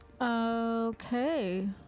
Okay